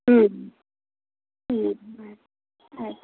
ಹ್ಞೂ ಹ್ಞೂ ಆಯ್ತು ಆಯ್ತು